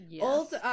Old